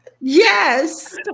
Yes